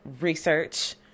research